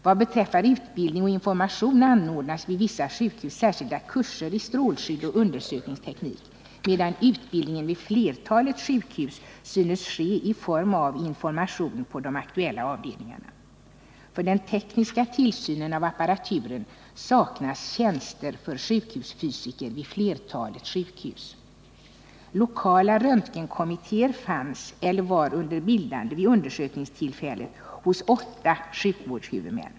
Vad beträffar utbildning och information anordnas vid vissa sjukhus särskilda kurser i strålskydd och undersökingsteknik, medan utbildningen vid flertalet sjukhus synes ske i form av information på de aktuella avdelningarna. För den tekniska tillsynen av apparaturen saknas tjänster för sjukhusfysiker vid flertalet sjukhus. Lokala röntgenkommittéer fanns eller var under bildande vid undersökningstillfället hos åtta sjukvårdshuvudmän.